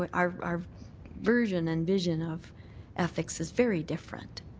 but our our version and vision of ethics is very different.